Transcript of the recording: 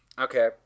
Okay